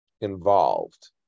involved